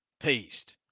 paste.